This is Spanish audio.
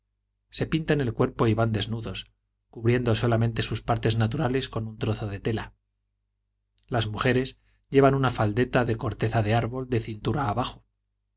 se pintan el cuerpo y van desnudos cubriendo solamente sus partes naturales con un trozo de tela las mujeres llevan una faldeta de corteza de árbol de cintura abajo